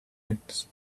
hands